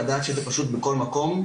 לדעת שזה פשוט בכל מקום,